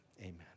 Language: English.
amen